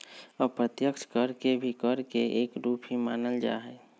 अप्रत्यक्ष कर के भी कर के एक रूप ही मानल जाहई